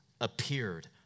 appeared